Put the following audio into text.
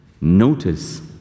Notice